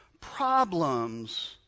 problems